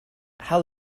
how